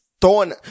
throwing